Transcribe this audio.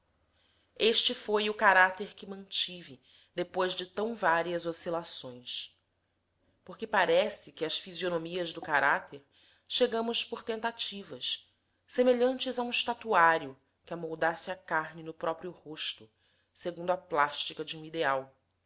este foi o caráter que mantive depois de tão várias oscilações porque parece que as fisionomias do caráter chegamos por tentativas semelhante a um estatuário que amoldasse a carne no próprio rosto segundo a plástica de um ideal